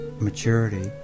maturity